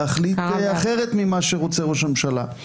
ולהחליט אחרת ממה שרוצה ראש הממשלה,